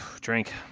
Drink